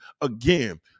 again